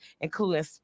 including